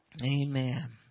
Amen